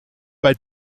bei